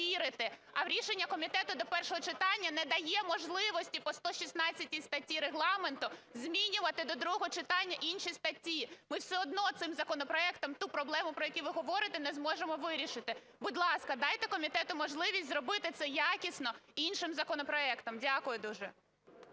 а в рішенні комітету до першого читання не дає можливості по 116 статті Регламенту змінювати до другого читання інші статті. Ми все одно цим законопроектом ту проблему, про яку ви говорите, не зможемо вирішити. Будь ласка, дайте комітету можливість зробити це якісно іншим законопроектом. Дякую дуже.